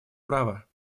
права